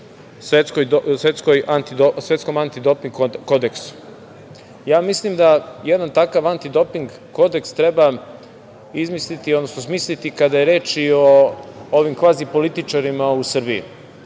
Svetskom antidoping kodeksu. Ja mislim da jedan takav antidoping kodeks treba smisliti kada je reč i o ovim kvazi političarima u Srbiji.